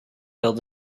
build